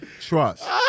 Trust